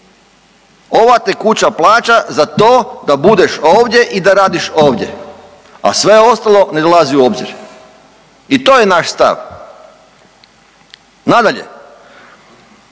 Ova tekuća plaća za to da budeš ovdje i da radiš ovdje, a sve ostalo ne dolazi u obzir. I to je naš stav. Nadalje,